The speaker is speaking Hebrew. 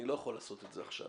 אני לא יכול לעשות את זה עכשיו.